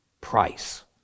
price